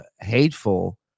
hateful